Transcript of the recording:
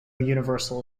universal